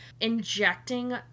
injecting